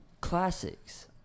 classics